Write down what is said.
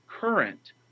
current